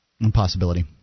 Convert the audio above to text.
impossibility